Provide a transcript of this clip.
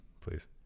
please